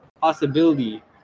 possibility